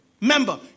member